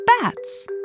bats